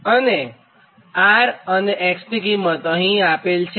અને R અને X ની કિંમત અહીં આપેલ છે